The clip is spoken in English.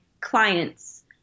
clients